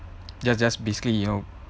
then just basically you know